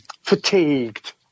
fatigued